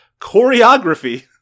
Choreography